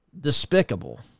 despicable